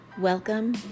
welcome